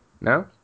No